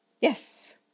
Yes